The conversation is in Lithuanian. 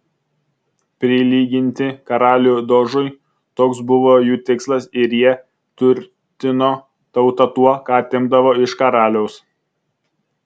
prilyginti karalių dožui toks buvo jų tikslas ir jie turtino tautą tuo ką atimdavo iš karaliaus